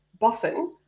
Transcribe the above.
boffin